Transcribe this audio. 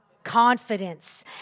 confidence